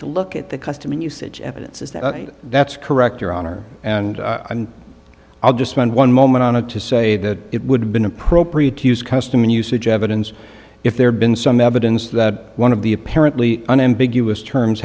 to look at the custom and usage evidence is that that's correct your honor and i'm i'll just spend one moment on it to say that it would have been appropriate to use custom and usage evidence if there had been some evidence that one of the apparently unambiguous terms